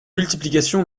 multiplication